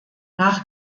nach